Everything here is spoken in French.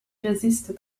résiste